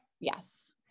Yes